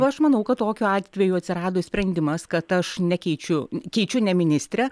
aš manau kad tokiu atveju atsirado sprendimas kad aš nekeičiu keičiu ne ministrę